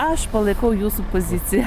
aš palaikau jūsų poziciją